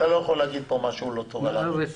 אתה לא יכול להגיד כאן משהו לא טוב על הר"י.